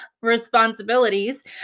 responsibilities